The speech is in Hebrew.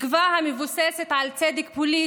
תקווה המבוססת על צדק פוליטי,